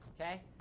okay